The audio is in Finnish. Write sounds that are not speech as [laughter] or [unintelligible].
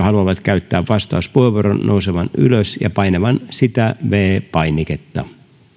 [unintelligible] haluavat käyttää vastauspuheenvuoron nousemaan ylös ja painamaan viides painiketta